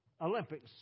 Olympics